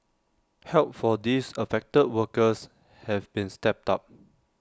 help for these affected workers have been stepped up